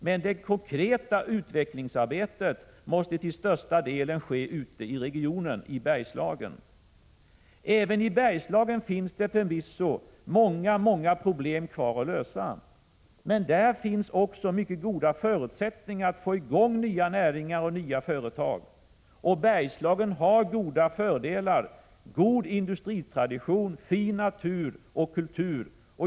Men det konkreta utvecklingsarbetet måste till största delen ske ute i regionen, i Bergslagen. Även i Bergslagen finns det förvisso många problem kvar att lösa, men där finns också mycket goda förutsättningar att få i gång nya näringar och nya företag. Bergslagen har många fördelar; god industritradition, fin natur och kultur.